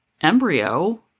embryo